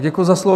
Děkuji za slovo.